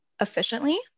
efficiently